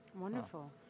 Wonderful